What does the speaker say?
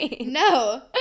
No